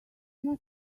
must